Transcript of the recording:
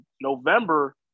November